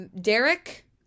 Derek